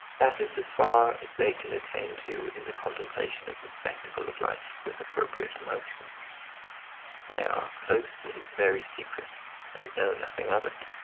that is as far as they can attain to in the contemplation of the spectacle of life with appropriate emotions they are close to his very secret and know nothing of it.